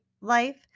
life